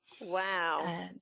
wow